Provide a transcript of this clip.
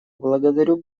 благодарю